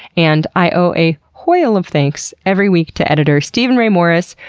and i owe a whale of thanks every week to editor steven ray morris,